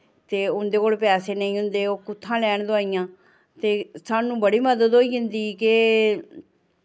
ते उं'दे कोल पैसे नेईं होंदे ओह् कुत्थूं दा लैन दोआइयां ते सानूं बड़ी मदद होई जंदी के